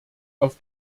auf